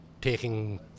taking